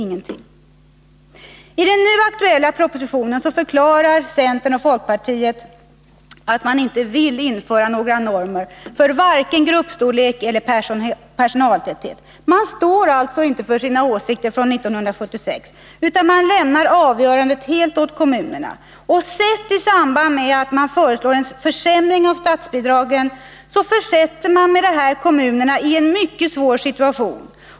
I den nu aktuella propositionen förklarar centeroch folkpartiregeringen att man inte vill införa några normer för vare sig gruppstorlek eller personaltäthet. Man står alltså inte för sina åsikter från 1976 utan lämnar avgörandet helt åt kommunerna. Sett i samband med att man föreslår en försämring av statsbidragen försätter man därmed kommunerna i en mycket svår situation.